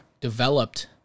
developed